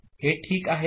हे ठीक आहे का